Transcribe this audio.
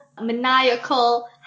maniacal